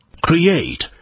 Create